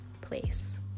place